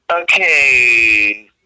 okay